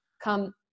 come